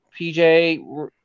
PJ